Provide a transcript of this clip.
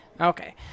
Okay